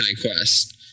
quest